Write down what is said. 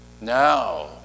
Now